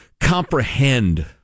comprehend